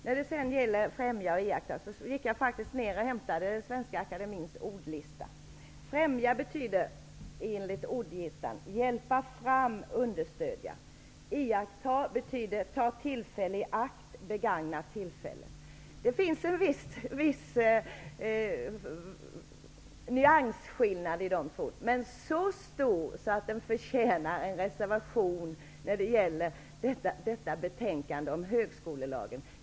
När det gäller detta med ''främja'' och ''iaktta'' har jag i Svenska akademiens ordlista, som jag faktiskt gick och hämtade, funnit att ''främja'' betyder hjälpa fram, understödja och att ''iaktta'' betyder ta tillfället i akt, begagna tillfället. Det finns alltså en viss nyansskillnad här. Men jag kan inte inse att skillnaden är så stor att den förtjänar en reservation när det gäller detta betänkande om högskolelagen.